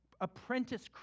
apprentice